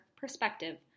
perspective